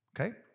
Okay